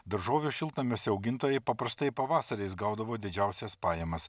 daržovių šiltnamiuose augintojai paprastai pavasariais gaudavo didžiausias pajamas